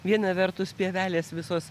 viena vertus pievelės visos